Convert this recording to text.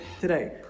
today